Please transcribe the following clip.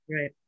Right